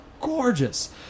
gorgeous